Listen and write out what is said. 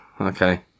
Okay